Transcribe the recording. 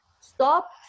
Stop